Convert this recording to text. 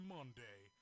Monday